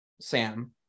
Sam